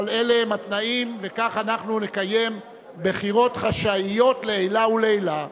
אבל אלה הם התנאים וכך אנחנו נקיים בחירות חשאיות לעילא ולעילא.